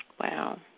Wow